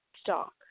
stock